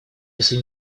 если